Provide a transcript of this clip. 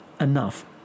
enough